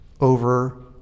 over